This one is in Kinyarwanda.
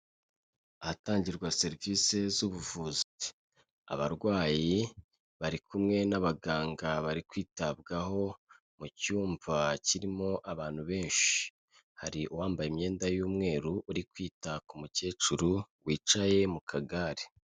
Ahatangirwa serivise z'ubuvuzi, abarwayi bari kumwe n'abaganga bari kwitabwaho mu cyumba kirimo abantu benshi, hari uwambaye imyenda y'umweru uri kwita ku mukecuru wicaye mu kagare.